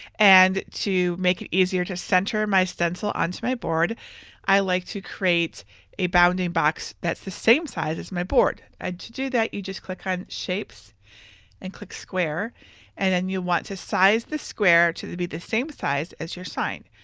and to make it easier to center my stencil onto my board i like to create a bounding box that's the same size as my board and to do that you just click on shapes and click square and then you'll want to size the square to be the same size as your sign.